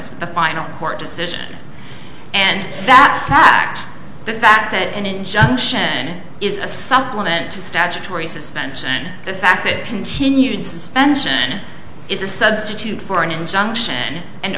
a final court decision and that fact the fact that an injunction is a supplement to statutory suspension the fact it continued suspension is a substitute for an injunction and